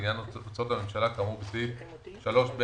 לעניין הוצאות הממשלה כאמור בסעיף 3ב(א)(1)(ב)